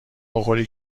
بخوری